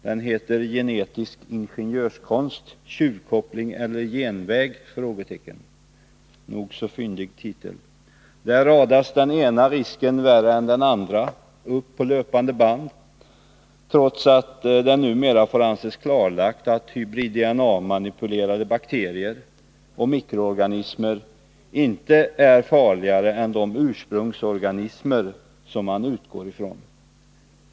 Den heter Genetisk ingenjörskonst — tjuvkoppling eller genväg? — en nog så fyndig titel. Där radas den ena risken värre än den andra upp på löpande band, trots att det numera får anses klarlagt att hybrid-DNA-manipulerade bakterier och mikroorganismer inte är farligare än de ursprungsorganismer som man utgår från.